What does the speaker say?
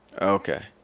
Okay